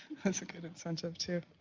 that's a good incentive too.